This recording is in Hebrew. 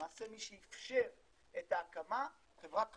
למעשה מי שאִפשר את ההקמה זה חברת חשמל,